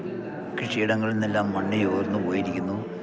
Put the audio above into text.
കൃഷിയിടങ്ങളിൽന്നെല്ലാം മണ്ണ് ചോർന്ന് പോയിരിക്കുന്നു